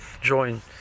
join